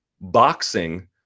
boxing